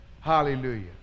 Hallelujah